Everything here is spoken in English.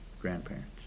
grandparents